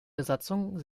besatzung